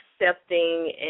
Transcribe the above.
accepting